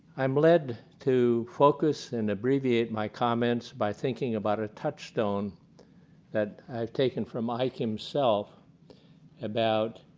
i am led to focus and abbreviate my comments by thinking about a touchstone that i have taken from ike himself about